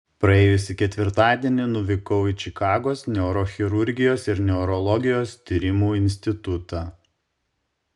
praėjusį ketvirtadienį nuvykau į čikagos neurochirurgijos ir neurologijos tyrimų institutą